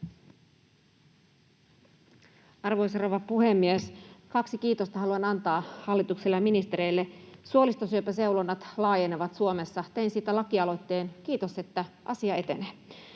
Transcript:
rouva puhemies! Kaksi kiitosta haluan antaa hallitukselle ja ministereille. Suolistosyöpäseulonnat laajenevat Suomessa. Tein siitä lakialoitteen. Kiitos, että asia etenee.